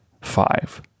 five